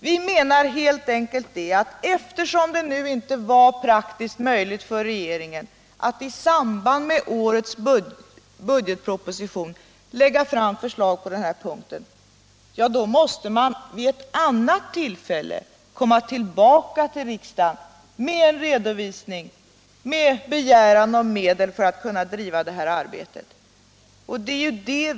Vi menar helt enkelt att eftersom det nu inte var praktiskt möjligt för regeringen att i samband med årets budgetproposition lägga fram förslag på den här punkten, så måste man vid ett annat tillfälle komma tillbaka till riksdagen med en redovisning och begäran om medel för att kunna bedriva detta arbete.